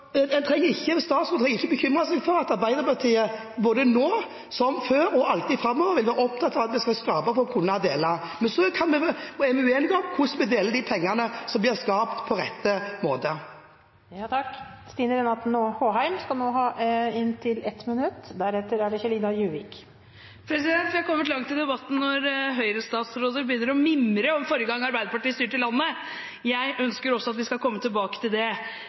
trenger ikke å bekymre seg for at Arbeiderpartiet både nå, som før, og alltid framover vil være opptatt av at vi skal skape for å kunne dele. Men så er vi uenige om hvordan vi deler de pengene som blir skapt, på rett måte. Representanten Stine Renate Håheim har hatt ordet to ganger tidligere og får ordet til en kort merknad, begrenset til 1 minutt. Vi er kommet langt i debatten når Høyre-statsråder begynner å mimre om forrige gang Arbeiderpartiet styrte landet. Jeg ønsker også at vi skal komme tilbake til det.